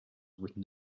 written